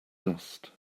dust